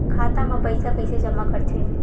खाता म पईसा कइसे जमा करथे?